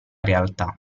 realtà